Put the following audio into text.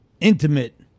Intimate